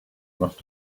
must